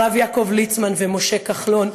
הרב יעקב ליצמן ומשה כחלון,